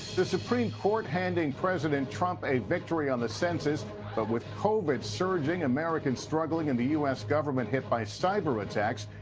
the supreme court handing president trump a victory on the census but with covid surging americans struggling and the u s. government hit by cyber attacks,